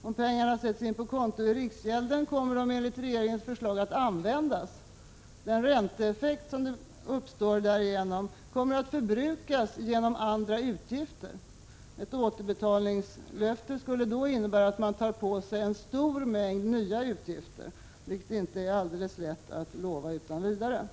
Om pengarna sätts in på konto i riksgälden kommer de enligt regeringens förslag att användas. Den ränteeffekt som därigenom uppstår kommer att förbrukas genom andra utgifter. Ett återbetalningslöfte skulle då innebära att man tar på sig en stor mängd nya utgifter, vilket inte är alldeles lätt att lova utan vidare. Prot.